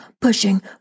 pushing